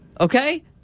Okay